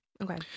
Okay